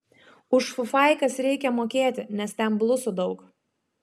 už fufaikas reikia mokėti nes ten blusų daug